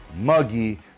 muggy